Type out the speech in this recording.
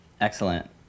Excellent